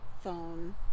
phone